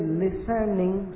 listening